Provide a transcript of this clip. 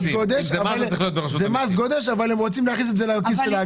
אבל הם רוצים להכניס את זה לכיס של האגרה.